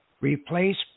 replace